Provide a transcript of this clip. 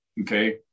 okay